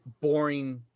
boring